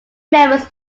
members